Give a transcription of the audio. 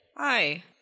Hi